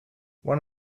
one